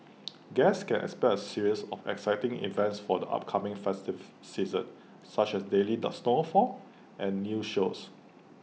guests can expect aseries of exciting events for the upcoming festive season such as daily snowfall and new shows